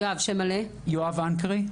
שמי יואב אנקרי,